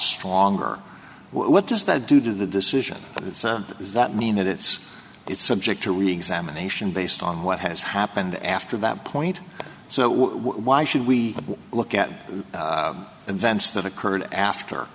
stronger what does that do to the decision does that mean that it's it's subject to really examination based on what has happened after that point so why should we look at events that occurred after